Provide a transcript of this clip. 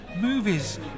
movies